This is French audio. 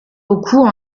beaucoup